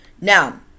now